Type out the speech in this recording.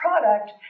product